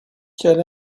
qu’elle